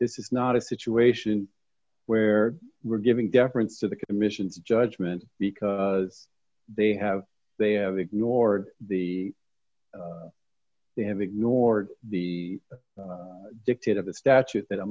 is is not a situation where we're giving deference to the commission judgment because they have they are ignored the they have ignored the dictate of the statute that a